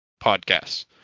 podcasts